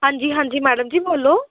हां जी हां जी मैडम जी बोल्लो